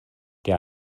der